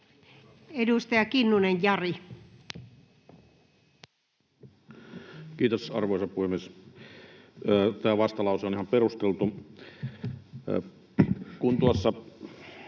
Edustaja Kinnunen, Jari. Kiitos, arvoisa puhemies! Tämä vastalause on ihan perusteltu. Tuossa